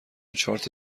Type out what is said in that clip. چارت